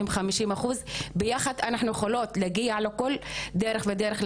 הם 50 אחוז ביחד אנחנו יכולות להגיע לכל דרך ודרך,